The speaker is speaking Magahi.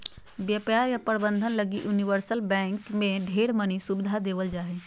व्यापार या प्रबन्धन लगी यूनिवर्सल बैंक मे ढेर मनी सुविधा देवल जा हय